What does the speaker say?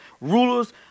rulers